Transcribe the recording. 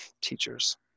teachers